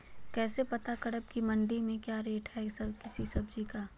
कैसे पता करब की मंडी में क्या रेट है किसी सब्जी का?